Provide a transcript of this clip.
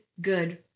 good